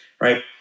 right